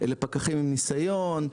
אלה פקחים עם ניסיון,